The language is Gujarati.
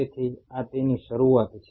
તેથી આ તેની શરૂઆત છે